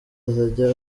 azajya